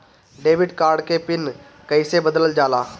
Debit card के pin कईसे बदलल जाला?